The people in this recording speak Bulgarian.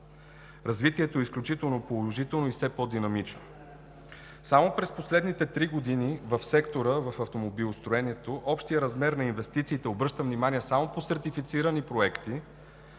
Развитието им е изключително положително и все по-динамично. Само през последните три години в сектора на автомобилостроенето общият размер на инвестициите досега – обръщам внимание – само по сертифицирани проекти